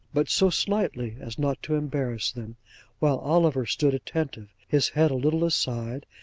but so slightly as not to embarrass them while oliver stood attentive, his head a little aside,